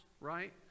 right